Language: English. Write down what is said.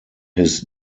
his